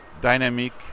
dynamic